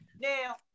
now